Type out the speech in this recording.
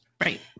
right